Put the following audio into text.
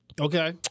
Okay